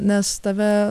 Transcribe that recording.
nes tave